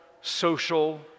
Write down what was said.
social